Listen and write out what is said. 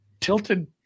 Tilted